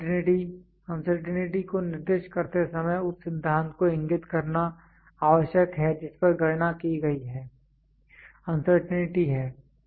uncertainty uncertainty को निर्दिष्ट करते समय उस सिद्धांत को इंगित करना आवश्यक है जिस पर गणना की गई है अनसर्टेंटी है